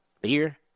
beer